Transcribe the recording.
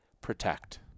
protect